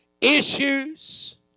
issues